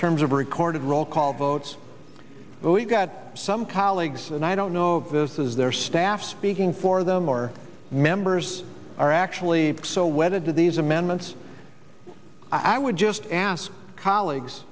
terms of recorded roll call votes we've got some colleagues and i don't know of this is their staff speaking for them or members are actually so wedded to these amendments i would just ask colleagues